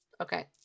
Okay